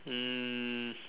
um